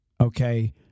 okay